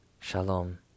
Shalom